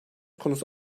konusu